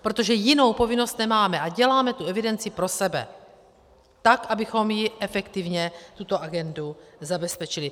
Protože jinou povinnost nemáme a děláme tu evidenci pro sebe tak, abychom efektivně tuto agendu zabezpečili.